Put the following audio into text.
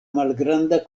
malgranda